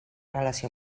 relació